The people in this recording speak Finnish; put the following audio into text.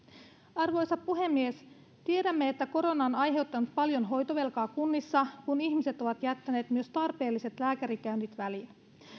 arvoisa puhemies tiedämme että korona on aiheuttanut paljon hoitovelkaa kunnissa kun ihmiset ovat jättäneet myös tarpeelliset lääkärikäynnit väliin